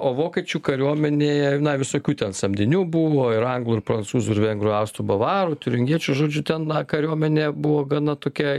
o vokiečių kariuomenėje na visokių ten samdinių buvo ir anglų ir prancūzų ir vengrų austrų bavarų tiuringiečių žodžiu ten kariuomenė buvo gana tokia